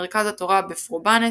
מרכז התורה בפרובאנס,